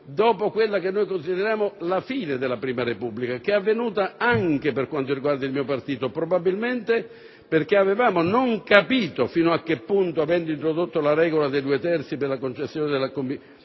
dopo quella che noi consideriamo la fine della prima Repubblica, che è avvenuta, anche per quanto riguarda il mio partito, probabilmente perché avevamo capito fino a che punto, avendo introdotto la regola dei due terzi per la concessione dell'amnistia e